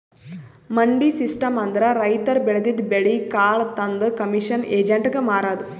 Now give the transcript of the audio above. ಮಂಡಿ ಸಿಸ್ಟಮ್ ಅಂದ್ರ ರೈತರ್ ಬೆಳದಿದ್ದ್ ಬೆಳಿ ಕಾಳ್ ತಂದ್ ಕಮಿಷನ್ ಏಜೆಂಟ್ಗಾ ಮಾರದು